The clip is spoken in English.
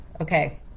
Okay